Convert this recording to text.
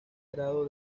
grado